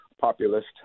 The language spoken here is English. populist